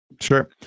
Sure